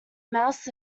mouse